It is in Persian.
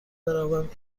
بروم